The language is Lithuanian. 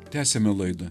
tęsiame laidą